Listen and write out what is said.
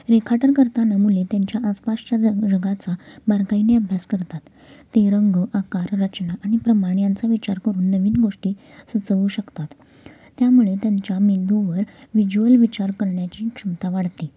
रेखाटन करताना मुले त्यांच्या आसपासच्या जग जगाचा बारकाईने अभ्यास करतात ते रंग आकार रचना आणि प्रमाण यांचा विचार करून नवीन गोष्टी सुचवू शकतात त्यामुळे त्यांच्या मेंदूवर विज्युअल विचार करण्याची क्षमता वाढते